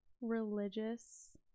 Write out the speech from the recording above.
religious